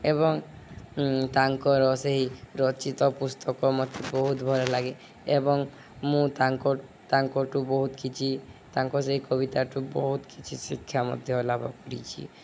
ଏବଂ ତାଙ୍କର ସେହି ରଚିତ ପୁସ୍ତକ ମୋତେ ବହୁତ ଭଲ ଲାଗେ ଏବଂ ମୁଁ ତାଙ୍କ ତାଙ୍କଠୁ ବହୁତ କିଛି ତାଙ୍କ ସେହି କବିତାଠୁ ବହୁତ କିଛି ଶିକ୍ଷା ମଧ୍ୟ ଲାଭ କରିଛି